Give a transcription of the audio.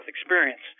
experience